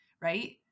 right